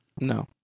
No